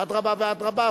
אדרבה ואדרבה,